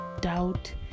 doubt